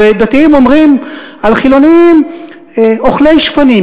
דתיים אומרים על חילונים "אוכלי שפנים".